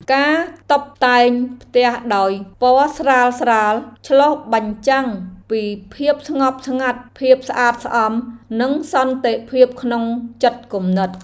ការតុបតែងផ្ទះដោយពណ៌ស្រាលៗឆ្លុះបញ្ចាំងពីភាពស្ងប់ស្ងាត់ភាពស្អាតស្អំនិងសន្តិភាពក្នុងចិត្តគំនិត។